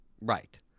Right